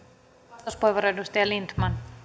arvoisa